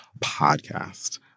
podcast